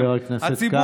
חבר הכנסת כץ,